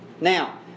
Now